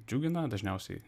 džiugina dažniausiai